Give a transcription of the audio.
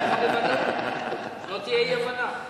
שלא תהיה אי-הבנה.